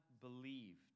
believed